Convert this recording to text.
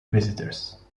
visitors